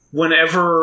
whenever